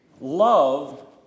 love